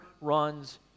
runs